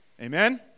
Amen